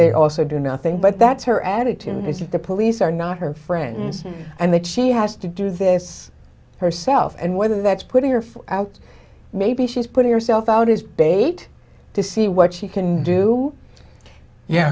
they also do nothing but that's her attitude and if the police are not her friends and that she has to do this herself and whether that's putting her foot out maybe she's putting herself out as bait to see what she can do yeah